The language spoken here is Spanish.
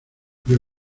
creo